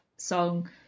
song